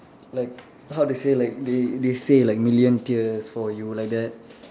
like how to say like they they say like million tears for you like that